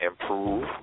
Improve